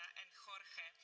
and jorge.